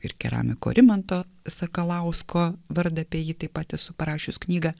ir keramiko rimanto sakalausko vardą apie jį taip pat esu parašius knygą